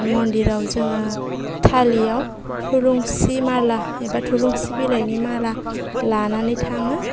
मन्दिराव जोङो थालिआव थुलुंसि माला एबा थुलुंसि बिलाइनि माला लानानै थाङो